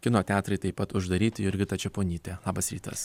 kino teatrai taip pat uždaryti jurgita čeponytė labas rytas